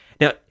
Now